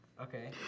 Okay